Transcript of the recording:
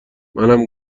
منم